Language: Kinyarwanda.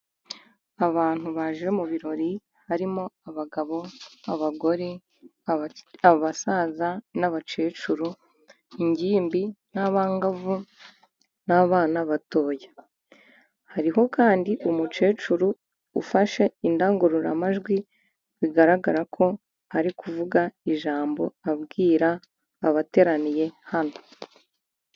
Abantu baje mu birori harimo :abagabo ,abagore abasaza n'abakecuru ,ingimbi n'abangavu n'abana batoya ,hariho kandi umukecuru ufashe indangururamajwi ,bigaragara ko ari kuvuga ijambo abwira abateraniye hano.